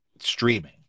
streaming